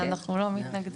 אנחנו לא מתנגדים.